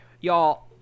y'all